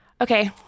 Okay